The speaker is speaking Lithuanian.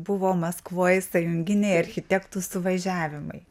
buvo maskvoj sąjunginiai architektų suvažiavimai